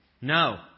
no